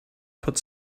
put